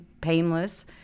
painless